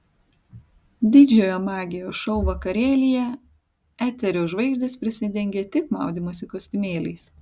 didžiojo magijos šou vakarėlyje eterio žvaigždės prisidengė tik maudymosi kostiumėliais